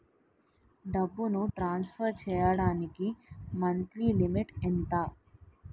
డబ్బును ట్రాన్సఫర్ చేయడానికి monthly limit ఎంత?